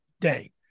day